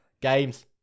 Games